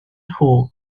nhw